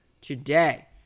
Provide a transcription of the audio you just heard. today